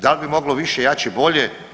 Dal bi moglo više, jače, bolje?